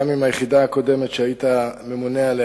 גם עם היחידה הקודמת שהיית ממונה עליה,